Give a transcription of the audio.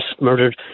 murdered